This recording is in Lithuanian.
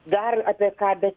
dar apie ką bet